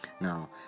Now